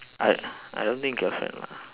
I I don't think girlfriend lah